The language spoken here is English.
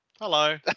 Hello